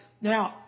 Now